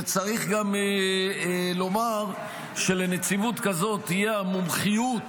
וצריך גם לומר שלנציבות כזאת תהיה המומחיות,